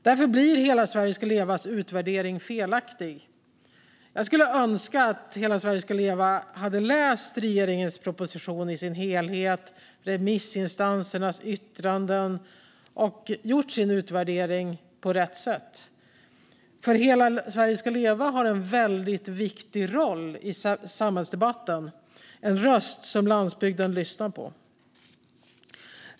Därför blir Hela Sverige ska levas utvärdering felaktig. Jag skulle önska att Hela Sverige ska leva hade läst regeringens proposition i dess helhet, läst alla remissinstansernas yttranden och gjort sin utvärdering på rätt sätt. Hela Sverige ska leva har en väldigt viktig roll i samhällsdebatten - en röst som landsbygden lyssnar på.